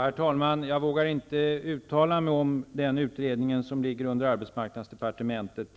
Herr talman! Jag vågar inte utan vidare uttala mig om den utredning som ligger under arbetsmarknadsdepartementet,